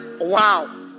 wow